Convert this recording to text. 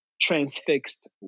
transfixed